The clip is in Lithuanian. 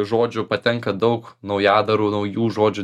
žodžių patenka daug naujadarų naujų žodžių